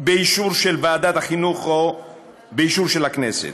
באישור של ועדת החינוך או באישור של הכנסת.